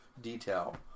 detail